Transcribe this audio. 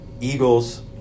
Eagles